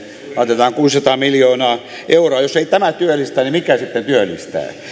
laitetaan kuusisataa miljoonaa euroa jos ei tämä työllistä niin mikä sitten työllistää